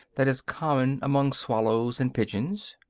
that is common among swallows and pigeons?